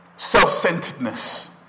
Self-centeredness